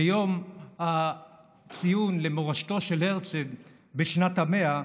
ביום הציון למורשתו של הרצל בשנה ה-100,